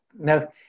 No